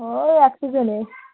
ও বাচ্চা ছেলে